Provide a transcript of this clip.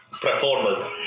performers